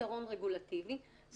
ופתרון רגולטיבי -- מסכים.